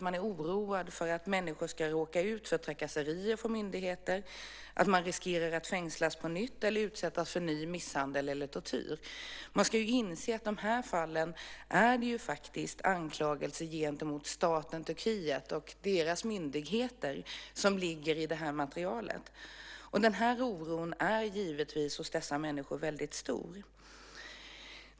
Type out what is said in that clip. Man är oroad för att människor ska råka ut för trakasserier från myndigheter, att de riskerar att fängslas på nytt eller utsättas för ny misshandel eller tortyr. Man ska inse att det i de här fallen faktiskt är anklagelser gentemot staten Turkiet och dess myndigheter som finns dokumenterade i materialet. Oron hos dessa människor är väldigt stor.